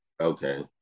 Okay